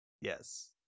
Yes